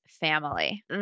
family